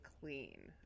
clean